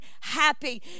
happy